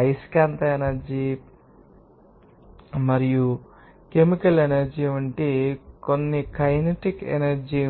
అయస్కాంత ఎనర్జీ పని మరియు ఎనర్జీ కెమికల్ ఎనర్జీ వంటి కొన్నికైనెటిక్ ఎనర్జీ ఉంది